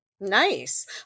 Nice